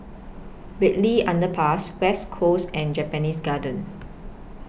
Bartley Underpass West Coast and Japanese Garden